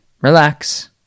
Relax